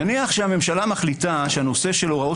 נניח שהמשלה מחליטה שהנושא של הוראות